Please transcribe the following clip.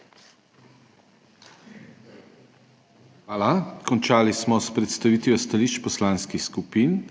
Hvala. Končali smo s predstavitvijo stališč poslanskih skupin.